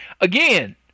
again